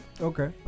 okay